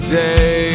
day